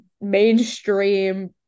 mainstream